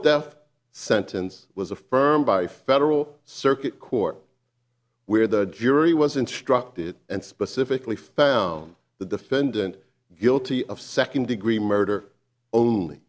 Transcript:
death sentence was affirmed by federal circuit court where the jury was instructed and specifically found the defendant guilty of second degree murder only